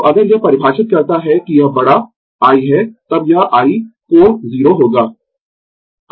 तो अगर यह परिभाषित करता है कि यह बड़ा I है तब यह I कोण 0 होगा